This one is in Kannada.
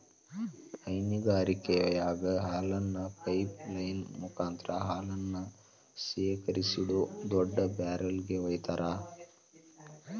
ಹೈನಗಾರಿಕೆಯಾಗ ಹಾಲನ್ನ ಪೈಪ್ ಲೈನ್ ಮುಕಾಂತ್ರ ಹಾಲನ್ನ ಶೇಖರಿಸಿಡೋ ದೊಡ್ಡ ಬ್ಯಾರೆಲ್ ಗೆ ವೈತಾರ